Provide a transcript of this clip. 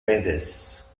pedes